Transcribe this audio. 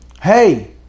hey